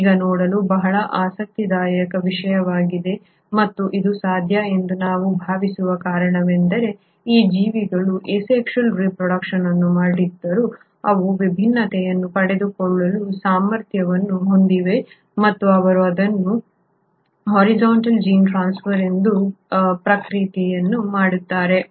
ಈಗ ನೋಡಲು ಬಹಳ ಆಸಕ್ತಿದಾಯಕ ವಿಷಯವಾಗಿದೆ ಮತ್ತು ಇದು ಸಾಧ್ಯ ಎಂದು ನಾವು ಭಾವಿಸುವ ಕಾರಣವೇನೆಂದರೆ ಈ ಜೀವಿಗಳು ಅಸೆಕ್ಷುಯಲ್ ರೆಪ್ರೊಡ್ಯೂಕ್ಷನ್ ಅನ್ನು ಮಾಡದಿದ್ದರೂ ಅವು ವಿಭಿನ್ನತೆಯನ್ನು ಪಡೆದುಕೊಳ್ಳುವ ಸಾಮರ್ಥ್ಯವನ್ನು ಹೊಂದಿವೆ ಮತ್ತು ಅವರು ಇದನ್ನು ಹೋರಿಝೋನ್ಟಲ್ ಜೀನ್ ಟ್ರಾನ್ಸ್ಫರ್ ಎಂದು ಕರೆಯುವ ಪ್ರಕ್ರಿಯೆಯಿಂದ ಮಾಡುತ್ತಾರೆ